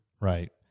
right